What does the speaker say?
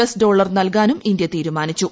S dollar നൽകാനും India തീരുമാനിച്ചു